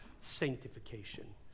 sanctification